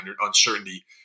uncertainty